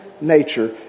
nature